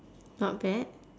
not bad